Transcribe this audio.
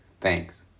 Thanks